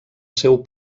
seu